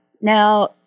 Now